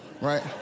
right